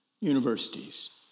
universities